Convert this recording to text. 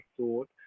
thought